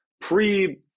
pre